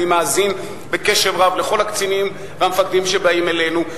אני מאזין בקשב רב לכל הקצינים והמפקדים שבאים אלינו.